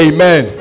Amen